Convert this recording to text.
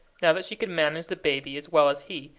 now that she could manage the baby as well as he,